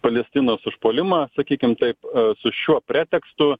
palestinos užpuolimą sakykim taip su šiuo pretekstu